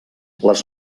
les